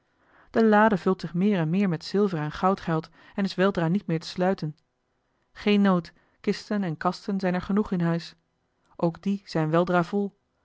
de lade vult zich meer en meer met zilver en goudgeld en is weldra niet meer te sluiten geen nood kisten en kasten zijn er genoeg in huis ook die zijn weldra vol